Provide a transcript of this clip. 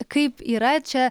kaip yra čia